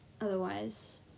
otherwise